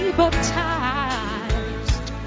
baptized